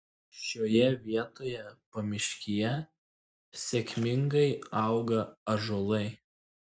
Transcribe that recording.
šioje vietoje pamiškyje sėkmingai auga ąžuolai